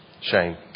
Shame